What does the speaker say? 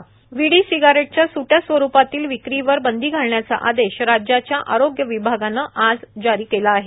राजेश टोपे विडी सिगारेटच्या स्ट्या स्वरुपातल्या विक्रीवर बंदी घालण्याचा आदेश राज्याच्या आरोग्य विभागानं जारी केला आहे